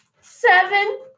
seven